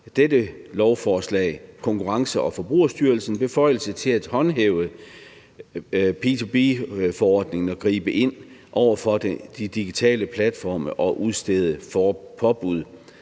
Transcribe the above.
giver lovforslaget Konkurrence- og Forbrugerstyrelsen beføjelse til at håndhæve P2B-forordningen og gribe ind over for de digitale platforme og udstede påbud.